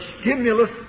stimulus